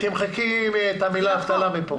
תמחקי את המילה אבטלה מפה.